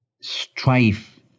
Strife